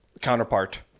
counterpart